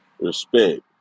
respect